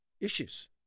issues